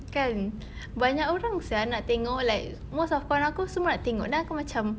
kan banyak orang sia nak tengok like most of kawan aku semua nak tengok then aku macam